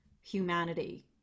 humanity